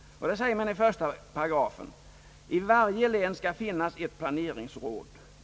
Där heter det i 1 §: »I varje län skall finnas ett planeringsråd.